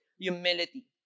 humility